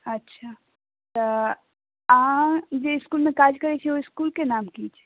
अच्छा तऽ अहाँ जे इसकुलमे काज करैत छियै ओहि इसकुलके नाम की छियै